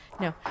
No